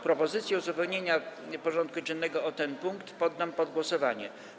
Propozycję uzupełnienia porządku dziennego o ten punkt poddam pod głosowanie.